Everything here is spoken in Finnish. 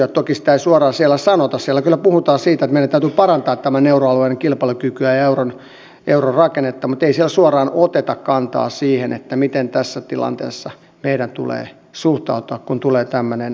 toki sitä ei suoraan siellä sanota siellä kyllä puhutaan siitä että meidän täytyy parantaa euroalueen kilpailukykyä ja euron rakennetta mutta ei siellä suoraan oteta kantaa siihen miten tässä tilanteessa meidän tulee suhtautua kun tulee tämmöinen kansalaisaloite